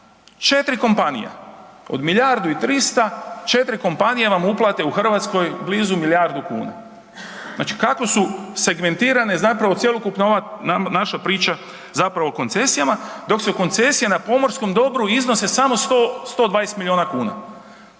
kuna 4 kompanija, od milijardu i 300, 4 kompanije vam uplate u Hrvatskoj blizu milijardu kuna. Znači kako su segmentirane zapravo cjelokupno ova naša priča zapravo o koncesijama dok su koncesije na pomorskom dobru iznose samo 120 miliona kuna.